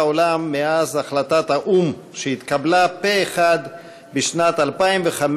העולם מאז החלטת האו"ם שהתקבלה פה-אחד בשנת 2005,